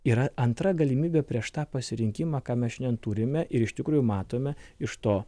yra antra galimybė prieš tą pasirinkimą ką mes šiandien turime ir iš tikrųjų matome iš to